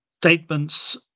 statements